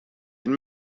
and